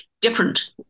different